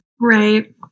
Right